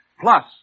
Plus